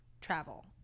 travel